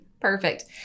Perfect